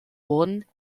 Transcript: wurden